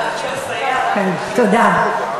תודה.